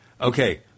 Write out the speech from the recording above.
Okay